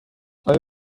آیا